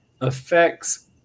affects